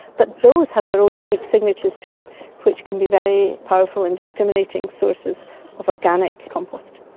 but those have their own unique signatures too which can be very powerful in discriminating sources of organic compost.